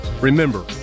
remember